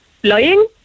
flying